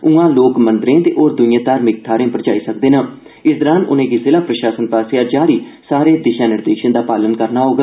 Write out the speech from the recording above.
उयां लोक मंदरै ते होर दुइएं धार्मिक थाहरें पर जाई सकदे न इस दौरान उनेंगी जिला प्रशासन आस्सेआ जारी सारे दिशा निर्देश दा पालन करना होग